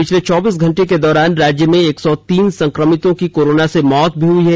पिछले चौबीस घंटों के दौरान राज्य में एक सौ तीन संक्रमितों की कोरोना से मौत हुई है